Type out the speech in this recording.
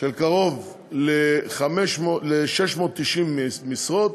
של קרוב ל-690 משרות.